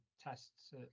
tests